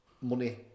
money